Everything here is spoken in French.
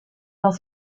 dans